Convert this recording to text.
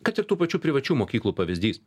kad ir tų pačių privačių mokyklų pavyzdys